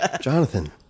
Jonathan